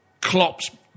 Klopp's